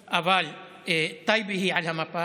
אבל טייבה היא על המפה,